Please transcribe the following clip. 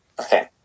Okay